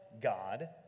God